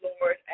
Lord